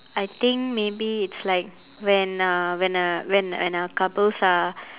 I think maybe it's like when uh when uh when uh couples are